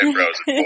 Frozen